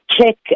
Check